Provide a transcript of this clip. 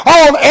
on